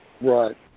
Right